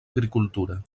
agricultura